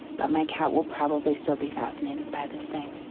but my cat will probably still be fascinated by this thing.